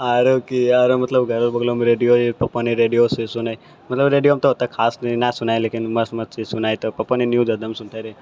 आरो कि आरो मतलब घरेमे पहिले रेडियो रहै तऽ पहिने रेडियो सनि सुनै मतलब रेडियो तऽ ओते खास नहि सुनै लेकिन मस्त मस्त चीज सुनै तऽ पहिने न्यूज हरदम सुनिते रहै